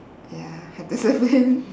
ya have to